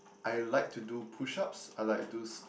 I like to do push ups I like do